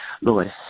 Lord